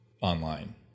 online